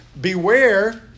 beware